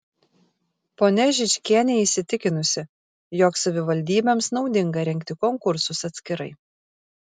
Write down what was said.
ponia žičkienė įsitikinusi jog savivaldybėms naudinga rengti konkursus atskirai